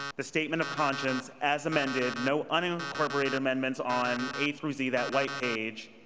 the statement of conscience as amended, no unincorporated amendments on a through z, that white page,